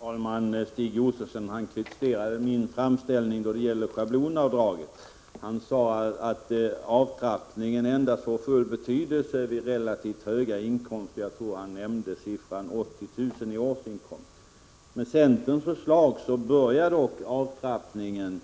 Herr talman! Stig Josefson kritiserade min framställning när det gäller schablonavdraget. Han sade att avtrappningen får full betydelse först vid relativt höga inkomster och nämnde beloppet 80 000 kr. i årsinkomst. Med centerns förslag kommer dock avtrappningen